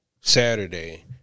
Saturday